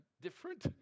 different